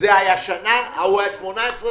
זה היה שנה, ההוא היה 18 חודש.